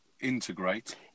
integrate